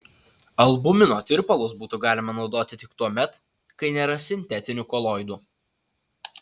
albumino tirpalus būtų galima naudoti tik tuomet kai nėra sintetinių koloidų